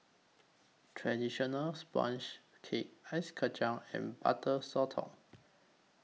Traditional Sponge Cake Ice Kachang and Butter Sotong